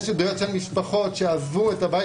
יש עדויות של משפחות שעזבו את הבית